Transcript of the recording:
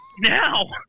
Now